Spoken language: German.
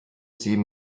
sie